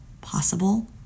possible